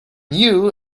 new